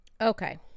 Okay